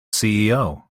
ceo